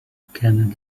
كان